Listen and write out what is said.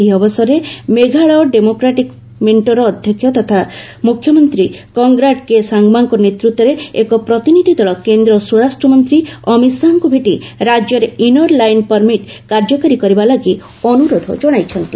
ଏହି ଅବସରରେ ମେଘାଳୟ ଡେମୋକ୍ରାଟିକ ମେଣ୍ଟର ଅଧ୍ୟକ୍ଷ ତଥ ମୁଖ୍ୟମନ୍ତ୍ରୀ କଙ୍ଗ୍ରାଟ କେ ସାଙ୍ଗମାଙ୍କ ନେତୃତ୍ୱରେ ଏକ ପ୍ରତିନିଧି ଦଳ କେନ୍ଦ୍ର ସ୍ୱରାଷ୍ଟ୍ରମନ୍ତ୍ରୀ ଅମିତ ଶାହାଙ୍କୁ ଭେଟି ରାଜ୍ୟରେ ଇନର ଲାଇନ ପରମିଟ୍ କାର୍ଯ୍ୟକାରୀ କରିବା ଲାଗି ଅନୁରୋଧ ଜଣାଇଛନ୍ତି